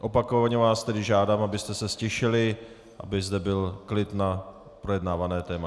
Opakovaně vás tedy žádám, abyste se ztišili, aby zde byl klid na projednávané téma.